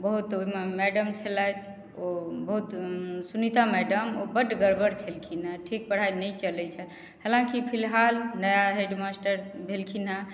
बहुत ओहिमे मैडम छलथि ओ बहुत सुनीता मैडम ओ बड्ड गड़बड़ छलखिन हँ ठीक पढ़ाइ नहि चलै छल हालाँकि फिलहाल नया हेड मास्टर भेलखिन हँ